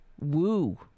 woo